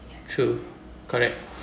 true correct